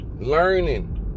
learning